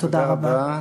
תודה רבה.